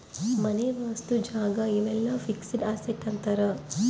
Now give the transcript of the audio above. ಮನೆ ವಸ್ತು ಜಾಗ ಇವೆಲ್ಲ ಫಿಕ್ಸೆಡ್ ಅಸೆಟ್ ಅಂತಾರ